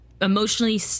emotionally